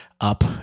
up